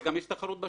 וגם יש תחרות בשוק,